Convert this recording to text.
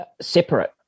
separate